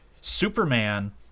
Superman